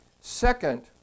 Second